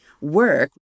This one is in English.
work